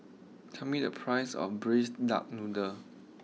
tell me the price of Braised Duck Noodle